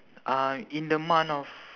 uh in the month of